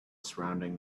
surrounding